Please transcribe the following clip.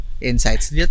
insights